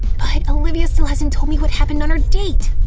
but olivia still hasn't told me what happened on her date!